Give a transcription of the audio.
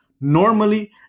Normally